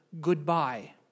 goodbye